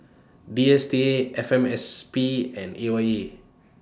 D S T A F M S P and A Y E